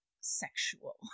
sexual